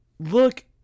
Look